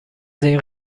این